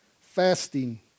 Fasting